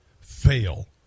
fail